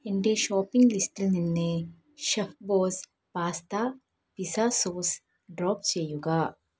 എന്റെ ഷോപ്പിംഗ് ലിസ്റ്റിൽ നിന്ന് chef boss pasta pizza sauce drop ചെയ്യുക